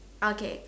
okay